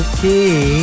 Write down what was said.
Okay